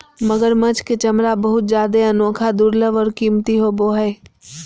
मगरमच्छ के चमरा बहुत जादे अनोखा, दुर्लभ और कीमती होबो हइ